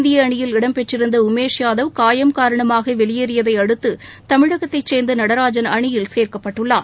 இந்திய அணியில் இடம்பெற்றிருந்த உமேஷ் யாதவ் காயம் காரணமாக வெளியேறியதை அடுத்து தமிழகத்தைச் சேர்ந்த நடராஜன் அணியில் சேர்க்கப்பட்டுள்ளார்